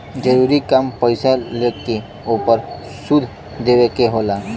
जरूरी काम पईसा लेके ओपर सूद देवे के होला